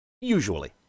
Usually